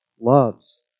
loves